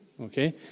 okay